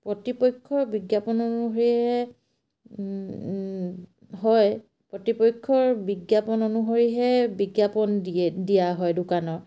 প্ৰতিপক্ষৰ বিজ্ঞাপন অনুসৰিহে হয় প্ৰতিপক্ষৰ বিজ্ঞাপন অনুসৰিহে বিজ্ঞাপন দিয়ে দিয়া হয় দোকানৰ